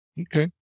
okay